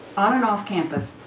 on an off campus,